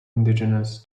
indigenous